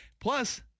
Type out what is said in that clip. Plus